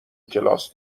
کلاس